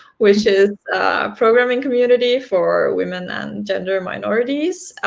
which is a programming community for women and gender minorities.